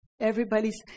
Everybody's